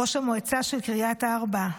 ראש מועצת קריית ארבע,